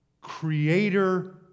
creator